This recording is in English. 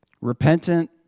Repentant